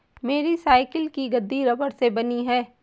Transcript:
मेरी साइकिल की गद्दी रबड़ से बनी है